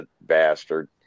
bastard